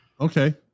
okay